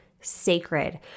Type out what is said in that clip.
sacred